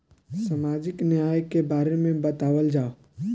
सामाजिक न्याय के बारे में बतावल जाव?